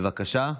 בבקשה.